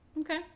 Okay